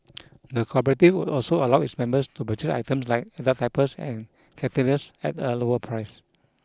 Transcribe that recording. the cooperative would also allow its members to purchase items like adult diapers and catheters at a lower price